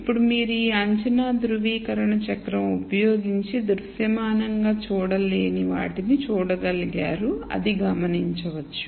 ఇప్పుడు మీరు ఈ అంచనాధ్రువీకరణ చక్రం ఉపయోగించి దృశ్యమానంగా చూడలేని వాటిని చూడగలిగారు అని గమనించవచ్చు